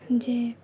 যে